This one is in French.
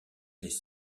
les